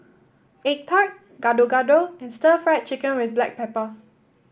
egg tart Gado Gado and Stir Fried Chicken with Black Pepper